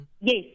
Yes